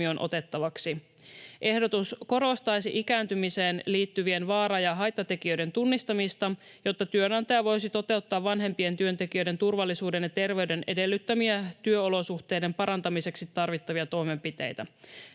Ehdotus korostaisi ikääntymiseen liittyvien vaara- ja haittatekijöiden tunnistamista, jotta työnantaja voisi toteuttaa vanhempien työntekijöiden turvallisuuden ja terveyden edellyttämiä työolosuhteiden parantamiseksi tarvittavia toimenpiteitä.